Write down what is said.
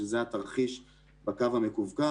שזה התרחיש בקו המקווקו.